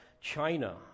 China